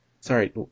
Sorry